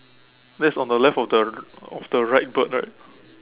that's on the left of the r~ of the right bird right